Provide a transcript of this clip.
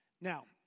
Now